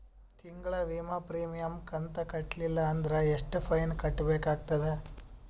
ತಿಂಗಳ ವಿಮಾ ಪ್ರೀಮಿಯಂ ಕಂತ ಕಟ್ಟಲಿಲ್ಲ ಅಂದ್ರ ಎಷ್ಟ ಫೈನ ಕಟ್ಟಬೇಕಾಗತದ?